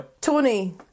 Tony